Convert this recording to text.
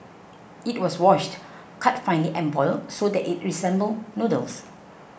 it was washed cut finely and boiled so that it resembled noodles